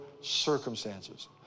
circumstances